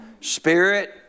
Spirit